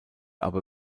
aber